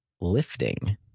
lifting